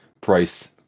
price